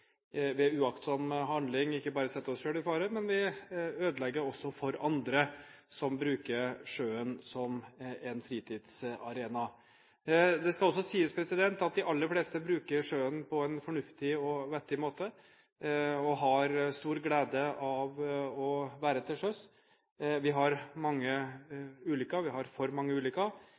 ved uaktsom handling ikke bare setter oss selv i fare, men vi ødelegger også for andre som bruker sjøen som en fritidsarena. Det skal også sies at de aller fleste bruker sjøen på en fornuftig og vettig måte og har stor glede av å være til sjøs. Vi har mange ulykker – vi har for mange ulykker